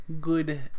good